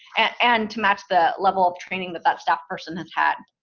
and to match the level of training that that staff person has had.